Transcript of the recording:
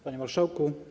Panie Marszałku!